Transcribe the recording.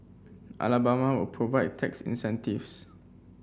Alabama will provide tax incentives